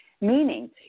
meaning